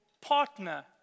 partner